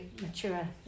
mature